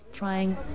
...trying